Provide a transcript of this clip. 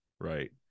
Right